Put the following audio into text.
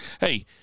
Hey